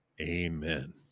Amen